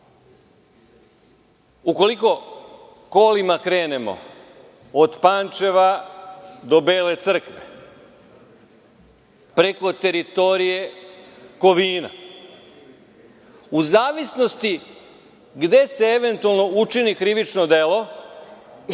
ukoliko kolima krenemo od Pančeva do Bele Crkve, preko teritorije Kovina, u zavisnosti gde se eventualno učini krivično delo,